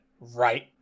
right